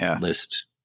List